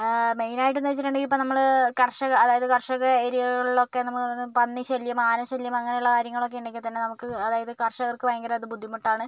മൈനായിട്ടെന്നു വെച്ചിട്ടുണ്ടെങ്കിൽ ഇപ്പോൾ നമ്മൾ കർഷക അതായത് കർഷക ഏരിയകളിലൊക്കെയെന്നു പറയുന്ന പന്നി ശല്യം ആന ശല്യം അങ്ങനെയുള്ള കാര്യങ്ങളൊക്കെ ഉണ്ടെങ്കിൽത്തന്നെ നമുക്ക് അതായത് കർഷകർക്ക് ഭയങ്കര അത് ബുദ്ധിമുട്ടാണ്